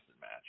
match